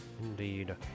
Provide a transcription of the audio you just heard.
indeed